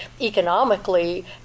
economically